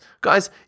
Guys